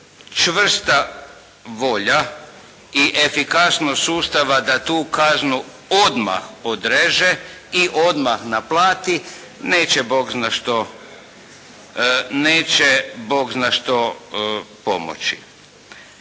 čvrsta volja i efikasnost sustava da tu kaznu odmah odreže i odmah naplati neće Bog zna što pomoći.